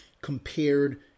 compared